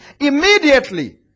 immediately